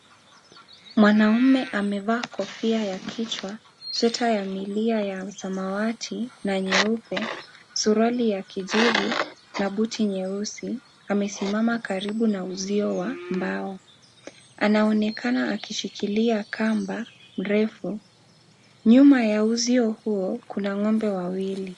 Mwanaume amevaa kofia ya kichwa, sweta ya milia ya samawati na nyeupe, suruali ya kijivu na buti nyeusi, amesimama karibu na uzio wa mbao. Anaonekana akishikilia kamba mrefu. Nyuma ya uzio huo kuna ng'ombe wawili.